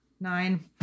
Nine